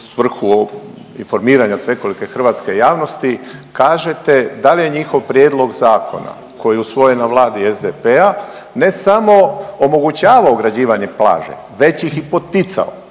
svrhu informiranja svekolike hrvatske javnosti kažete da li je njihov prijedlog zakona koji je usvojen na vladi SDP-a ne samo omogućavao ograđivanje plaže već i ih poticao